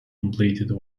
completed